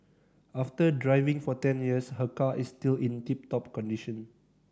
after driving for ten years her car is still in tip top condition